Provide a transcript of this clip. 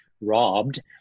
robbed